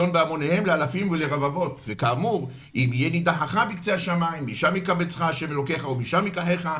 נציגי הממשלה יואילו להגיע לדיון אלא אם כן זה משהו חריג ובאישור מיוחד.